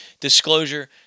disclosure